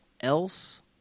Else